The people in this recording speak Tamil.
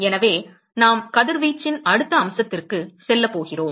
எனவே நாம் கதிர்வீச்சின் அடுத்த அம்சத்திற்கு செல்லப் போகிறோம்